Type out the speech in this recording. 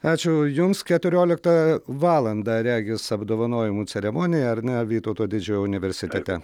ačiū jums keturioliktą valandą regis apdovanojimų ceremonija ar ne vytauto didžiojo universitete